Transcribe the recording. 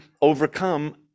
overcome